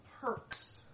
perks